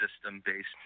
system-based